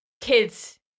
kids